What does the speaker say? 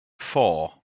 four